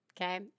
okay